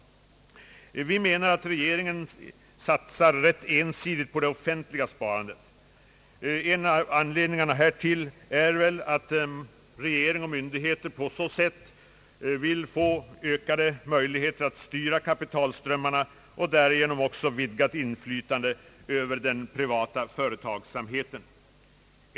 Vi menar att regeringen satsar ensidigt på det offentliga sparandet. En av anledningarna är att regering och myndigheter på så sätt vill få ökade möjligheter att styra kapitalströmmarna och därigenom också få vidgat inflytande över den privata företagsamheten.